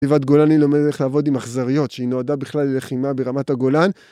חטיבת גולני לומדת איך לעבוד עם אכזריות שהיא נועדה בכלל ללחימה ברמת הגולן